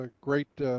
great